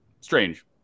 strange